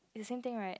is the same thing right